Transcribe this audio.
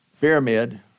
pyramid